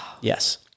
Yes